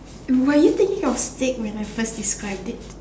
were you thinking of steak when I first described it